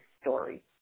story